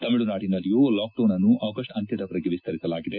ತಮಿಳುನಾಡಿನಲ್ಲಿಯೂ lockdown ಅನ್ನು August ಅಂತ್ಯದವರೆಗೆ ವಿಸ್ತರಿಸಲಾಗಿದೆ